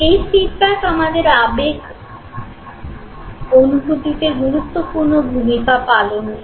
এই ফীডব্যাক আমাদের আবেগ অনুভূতিতে গুরুত্বপূর্ণ ভূমিকা পালন করে